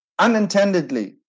unintendedly